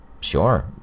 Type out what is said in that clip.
Sure